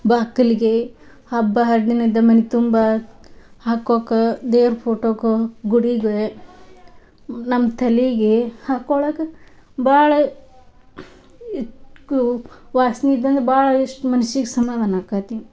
ಬಾಗಿಲ್ಗೆ ಹಬ್ಬ ಹರಿದಿನ ಇದ್ದಾಗ ಮನೆ ತುಂಬ ಹಾಕೋಕ್ಕ ದೇವ್ರು ಫೋಟೋಕೆ ಗುಡಿಗೆ ನಮ್ಮ ತಲಿಗೆ ಹಾಕೊಳಕ್ಕೆ ಭಾಳ ಇಟ್ಕು ವಾಸ್ನಿದ್ದಂದ್ರ ಭಾಳ ಎಷ್ಟು ಮನ್ಸಿಗೆ ಸಮಾಧಾನ ಆಕತ್ತಿ